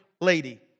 lady